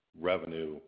revenue